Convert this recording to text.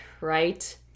right